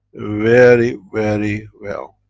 very, very well.